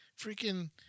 freaking